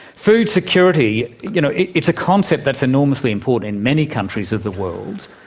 food security, you know, it's a concept that's enormously important in many countries of the world.